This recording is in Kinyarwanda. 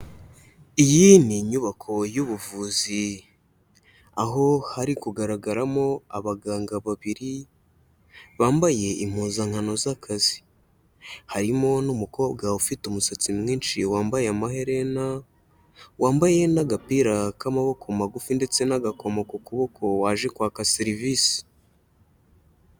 Iyi ni inyubako y'ubuvuzi, aho hari kugaragaramo abaganga babiri, bambaye impuzankano z'akazi. Harimo n'umukobwa ufite umusatsi mwinshi wambaye amaherena, wambaye n'agapira k'amaboko magufi ndetse n'agakomo ku kuboko waje kwaka serivisi.